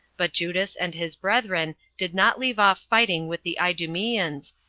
but judas and his brethren did not leave off fighting with the idumeans,